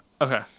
Okay